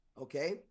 Okay